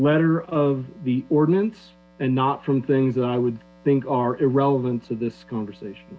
letter of the ordinance and not from things that i would think are irrelevant to this conversation